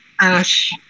ash